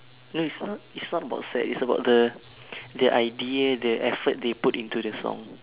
no it's not it's not about sad it's about the their idea the effort they put into the song